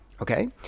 Okay